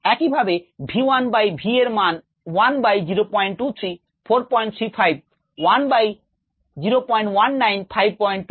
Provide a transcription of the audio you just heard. একই ভাবে v1 by v এর মান 1 বাই 023 435 1 বাই 019 526 1 বাই 0173 578 ও 1 বাই 0112 893